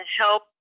help